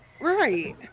Right